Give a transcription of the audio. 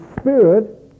spirit